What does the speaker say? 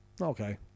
Okay